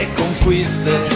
conquiste